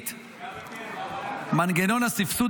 שנית -- גם אם כן ----- מנגנון הסבסוד